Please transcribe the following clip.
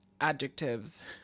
adjectives